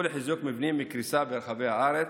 לחיזוק מבנים מפני קריסה ברחבי הארץ,